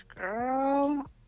Girl